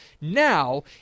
Now